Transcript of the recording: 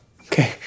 Okay